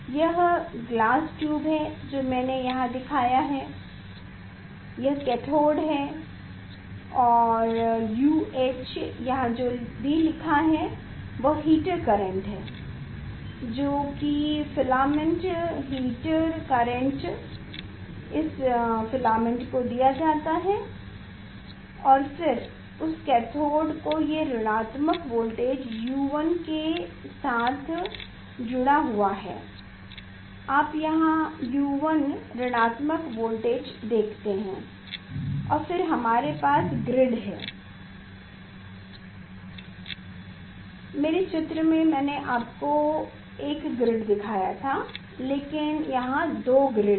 यह glass tube है जो मैंने यहां दिखाया है यह कैथोड है और UH यहां जो कुछ भी लिखा है वह हीटर करंट है जो कि फिलामेंट हीटर करंट इस फिलामेंट को दिया जाता है और फिर उस कैथोड को ये ऋणात्मक वोल्टेज U1 के साथ जुड़ा हुआ है आप यहाँ U1 ऋणात्म वोल्टेज देखते हैं और फिर हमारे पास ग्रिड है मेरे चित्र में मैंने आपको एक ग्रिड दिखाया है लेकिन यहां दो ग्रिड हैं